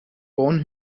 borne